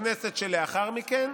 בכנסת שלאחר מכן,